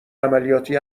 عملیاتی